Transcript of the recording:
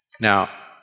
Now